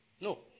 No